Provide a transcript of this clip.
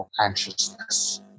anxiousness